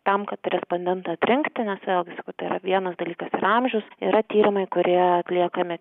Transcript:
tam kad respondentą atrinkti nes velgi sakau tai yra vienas dalykas yra amžius yra tyrimai kurie atliekami